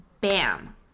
Bam